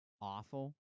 awful